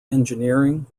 engineering